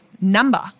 number